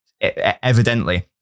evidently